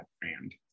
brand